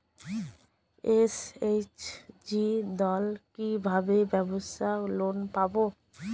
SHG দল কী ভাবে ব্যাবসা লোন পাবে?